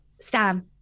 Stan